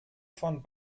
von